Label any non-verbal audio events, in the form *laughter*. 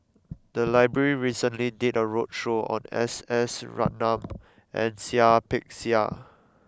the library recently did a roadshow on S S *noise* Ratnam and Seah Peck Seah